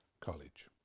College